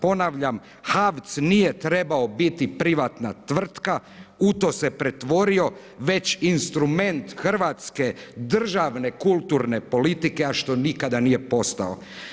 Ponavljam HAVC nije trebao biti privatna tvrtka, u to se pretvorio već instrument hrvatske državne kulturne politike a što nikada nije postao.